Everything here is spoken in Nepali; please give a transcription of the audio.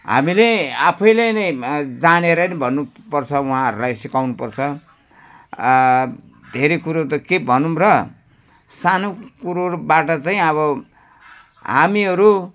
हामीले आफैले नै जानेर नि भन्नुपर्छ उहाँहरूलाई सिकाउनुपर्छ धेरै कुरो त के भनौँ र सानो कुरोहरूबाट चाहिँ अब हामीहरू